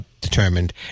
determined